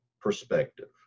perspective